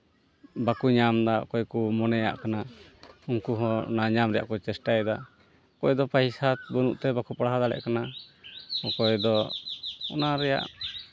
ᱵᱟᱠᱚ ᱧᱟᱢᱫᱟ ᱚᱠᱚᱭ ᱠᱚ ᱢᱚᱱᱮᱭᱟᱜ ᱠᱟᱱᱟ ᱩᱱᱠᱩ ᱦᱚᱸ ᱚᱱᱟ ᱧᱟᱢ ᱨᱮᱭᱟᱜ ᱠᱚ ᱪᱮᱥᱴᱟᱭᱮᱫᱟ ᱚᱠᱚᱭ ᱫᱚ ᱯᱚᱭᱥᱟ ᱵᱟᱹᱱᱩᱜ ᱛᱮ ᱵᱟᱠᱚ ᱯᱟᱲᱦᱟᱣ ᱫᱟᱲᱮᱭᱟᱜ ᱠᱟᱱᱟ ᱚᱠᱚᱭ ᱫᱚ ᱚᱱᱟ ᱨᱮᱭᱟᱜ